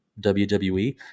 WWE